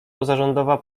pozarządowa